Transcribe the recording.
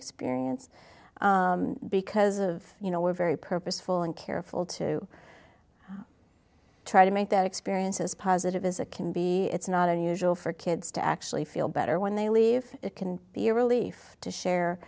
experience because of you know we're very purposeful and careful to try to make that experience as positive as it can be it's not unusual for kids to actually feel better when they leave it can be a relief to share